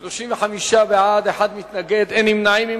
35 בעד, מתנגד אחד, אין נמנעים.